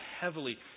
heavily